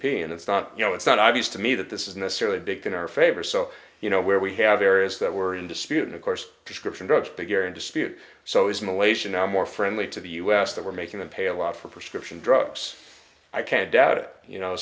p and it's not you know it's not obvious to me that this is necessarily big in our favor so you know where we have areas that were in dispute of course prescription drugs bigger in dispute so is malaysia now more friendly to the us that we're making them pay a lot for prescription drugs i can't doubt it you know